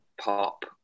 pop